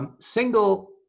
Single